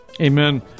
Amen